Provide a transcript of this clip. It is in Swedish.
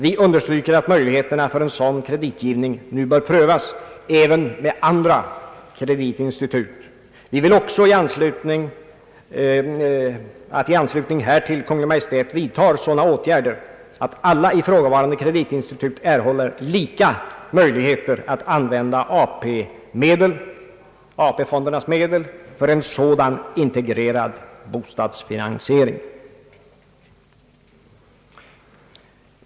Vi understryker att möjligheterna för en sådan kreditgivning nu bör prövas även med andra kreditinstitut. Vi vill också att i anslutning härtill Kungl. Maj:t vidtar sådana åtgärder att alla ifrågavarande kreditinstitut erhåller lika möjligheter att använda AP fondernas medel för en sådan integrerad bostadsfinansiering.